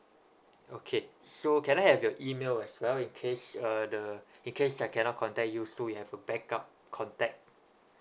okay so can I have your email as well in case uh the in case that I cannot contact you so we have a backup contact